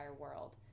world